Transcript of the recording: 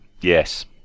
Yes